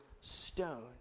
stone